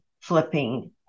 flipping